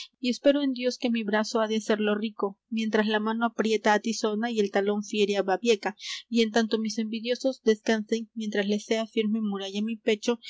y espero en dios que mi brazo ha de hacello rico mientras la mano aprieta á tizona y el talón fiere á babieca y en tanto mis envidiosos descansen mientras les sea firme muralla mi pecho